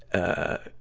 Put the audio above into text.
ah,